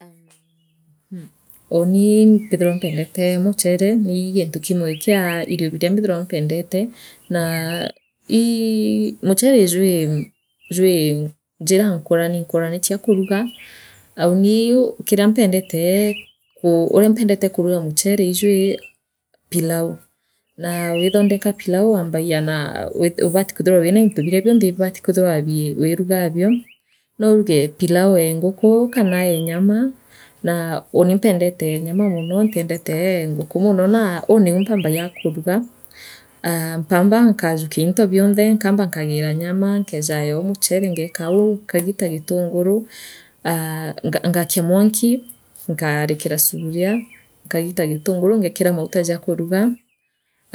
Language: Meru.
Aam uuni imbithaira mpendente muchere ii gintu kimwe kia irio biria mbithaira mpendente naa ii muchere jwi jwi njira nkurani nkurani chia kurugaa aa uu kiria mpendente ku uria mpendete kuruga muchere ii jwii pilau na withondeka pilau waambagia naa wii ubati kwithira wira into biria bionthe bibati kwithirwa bii wiingaabio nouruge pilau ee nguka kana ee nyama naa unii mpendete e nyama mono ntiendete ee nguku mono naa uu niu mpambagia kuruga aa mpambaa nkajukia into bionthe nkamba nkagira nyama nkeejayo muchere ngeekau nkagita gitunguru ngeekira mauta ja kuruga